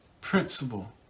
principle